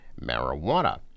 marijuana